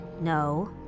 No